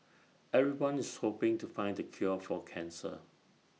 everyone is hoping to find the cure for cancer